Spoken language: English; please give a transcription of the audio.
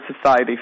society